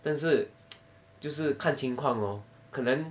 但是就是看情况哦可能